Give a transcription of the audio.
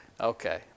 Okay